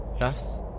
Yes